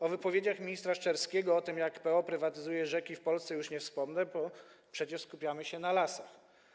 O wypowiedziach ministra Szczerskiego o tym, jak PO prywatyzuje rzeki w Polsce, już nie wspomnę, bo przecież skupiamy się na lasach.